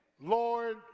Lord